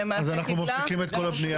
אז אנחנו מפסיקים את כל הבנייה.